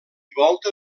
volta